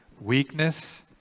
weakness